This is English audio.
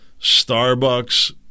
Starbucks